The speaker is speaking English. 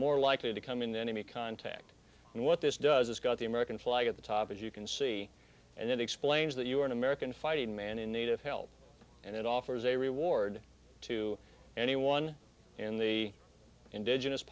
more likely to come in than any contact and what this does is got the american flag at the top as you can see and it explains that you are an american fighting man in need of help and it offers a reward to anyone in the indigenous